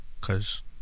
Cause